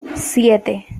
siete